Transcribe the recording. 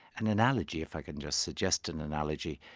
an analogy, if i can just suggest an analogy,